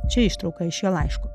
čia ištrauką iš šio laiško